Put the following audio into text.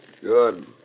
Good